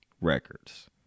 records